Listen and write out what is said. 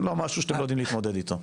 לא משהו שאתם לא יודעים להתמודד איתו.